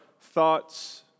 thoughts